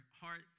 heart